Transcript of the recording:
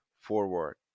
forward